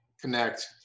connect